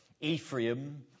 Ephraim